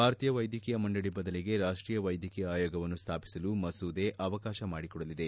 ಭಾರತೀಯ ವೈದ್ವಕೀಯ ಮಂಡಳ ಬದಲಿಗೆ ರಾಷ್ಷೀಯ ವ್ಲೆದ್ಧಕೀಯ ಆಯೋಗವನ್ನು ಸ್ನಾಪಿಸಲು ಮಸೂದೆ ಅವಕಾಶ ಮಾಡಿಕೊಡಲಿದೆ